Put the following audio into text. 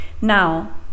Now